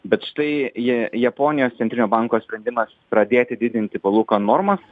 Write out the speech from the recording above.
bet štai ji japonijos centrinio banko sprendimas pradėti didinti palūkanų normas